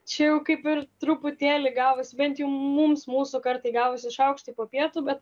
čia jau kaip ir truputėlį gavos bent jau mums mūsų kartai gavosi šaukštai popietų bet